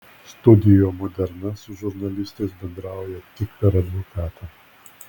studio moderna su žurnalistais bendrauja tik per advokatą